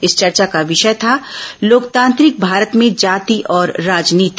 इस चर्चा का विषय था लोकतान्त्रिक भारत में जाति और राजनीति